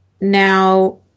Now